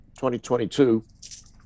2022